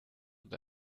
und